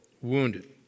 wounded